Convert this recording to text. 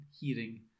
hearing